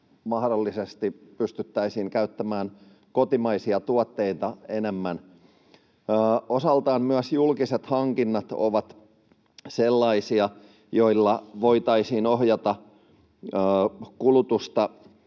mahdollisesti pystyttäisiin käyttämään kotimaisia tuotteita enemmän. Osaltaan myös julkiset hankinnat ovat sellaisia, joilla voitaisiin ohjata kulutusta